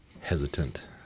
hesitant